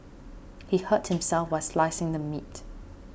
he hurt himself while slicing the meat